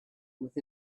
with